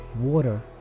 water